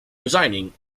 resigning